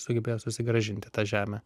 sugebėjo susigrąžinti tą žemę